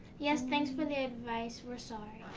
yes, thanks for the advice. we're sorry.